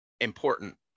important